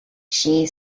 she